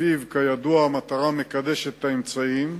שלפיו כידוע "המטרה מקדשת את האמצעים",